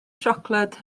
siocled